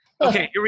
Okay